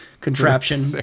contraption